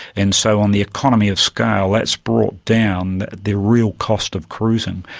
and so on the economy of scale that's brought down the real cost of cruising.